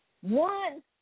One